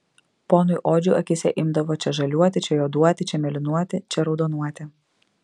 ponui odžiui akyse imdavo čia žaliuoti čia juoduoti čia mėlynuoti čia raudonuoti